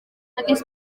aquest